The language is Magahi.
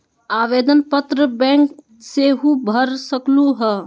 आवेदन पत्र बैंक सेहु भर सकलु ह?